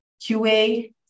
QA